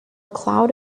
cloud